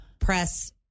press